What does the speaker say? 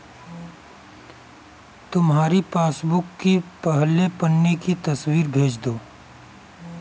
तुम्हारी पासबुक की पहले पन्ने की तस्वीर भेज दो